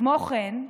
כמו כן,